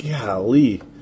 Golly